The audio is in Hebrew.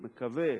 מקווה,